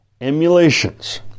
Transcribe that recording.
emulations